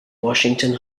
washington